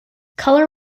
color